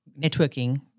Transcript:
networking